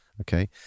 okay